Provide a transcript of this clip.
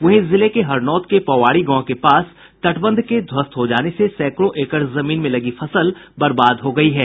वहीं जिले के हरनौत के पोवाड़ी गांव के पास तटबंध के ध्वस्त हो जाने से सैकड़ों एकड़ जमीन में लगी फसल बर्बाद हो गयी है